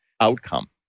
outcome